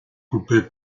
coupé